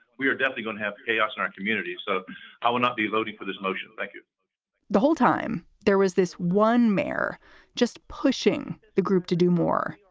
we are deathly going to have chaos in our communities. ah i will not be voting for this motion. thank you the whole time there was this one mayor just pushing the group to do more.